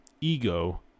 ego